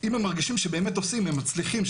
אם הם מרגישים שבאמת עודים, הם מצליחים.